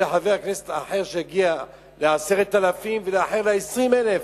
וחיכיתי לחבר כנסת אחר שיגיע ל-10,000 ואחר ל-20,000,